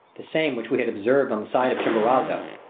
the same which we had observed on the side of chimborazo.